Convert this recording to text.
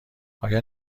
آیا